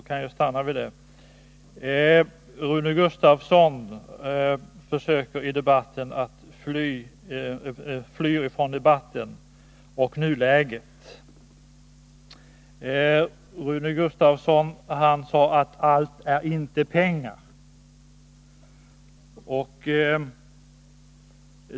Herr talman! Rune Gustavsson försöker i debatten att fly från nuläget. Han sade att allt inte är pengar.